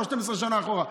12 אחורה.